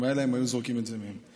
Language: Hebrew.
אם הייתה להם הם היו זורקים אותה מהם.